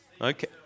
Okay